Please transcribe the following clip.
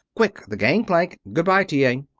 quick the gangplank! goodby, t. a.